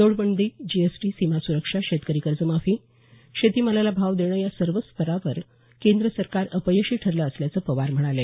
नोटबंदी जीएसटी सीमा सुरक्षा शेतकरी कर्जमाफी शेती मालाला भाव देणे या सर्वच स्तरावर केंद्र सरकार अपयशी ठरलं असल्याचं पवार म्हणाले